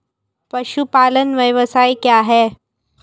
पशुपालन व्यवसाय क्या है?